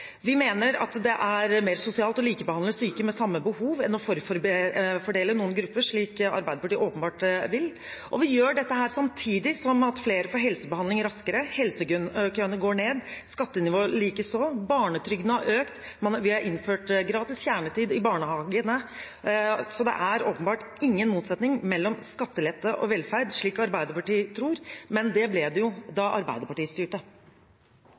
Vi mener at det er mer sosialt å likebehandle syke med samme behov enn å forfordele noen grupper, slik Arbeiderpartiet åpenbart vil. Og vi gjør dette samtidig som flere får helsebehandling raskere, helsekøene går ned, skattenivået likeså, barnetrygden har økt, og vi har innført gratis kjernetid i barnehagene. Så det er åpenbart ingen motsetning mellom skattelette og velferd, slik Arbeiderpartiet tror – men det ble det jo da Arbeiderpartiet styrte.